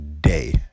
Day